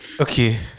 Okay